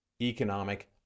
economic